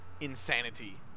insanity